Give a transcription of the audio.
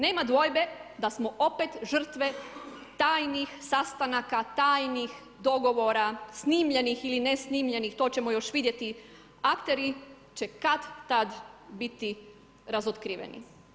Nema dvojbe da smo opet žrtve tajnih sastanaka, tajnih dogovora, snimljenih ili nesnimljenih, to ćemo još vidjeti, akter će kad-tad biti razotkriveni.